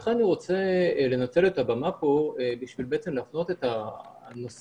ולכן אני רוצה לנצל את הבמה פה בשביל בעצם להפנות את הנושא